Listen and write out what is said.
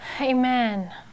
Amen